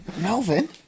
Melvin